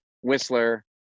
whistler